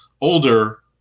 older